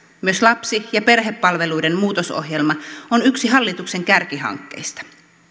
myös lapsi ja perhepalveluiden muutosohjelma on yksi hallituksen kärkihankkeista